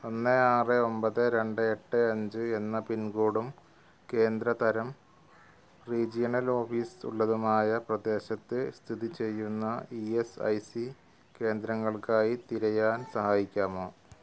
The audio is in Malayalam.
ഒന്ന് ആറ് ഒമ്പത് രണ്ട് എട്ട് അഞ്ച് എന്ന പിൻകോഡും കേന്ദ്ര തരം റീജിയണൽ ഓഫീസ് ഉള്ളതുമായ പ്രദേശത്ത് സ്ഥിതി ചെയ്യുന്ന ഇ എസ് ഐ സി കേന്ദ്രങ്ങൾക്കായി തിരയാൻ സഹായിക്കാമോ